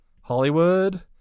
Hollywood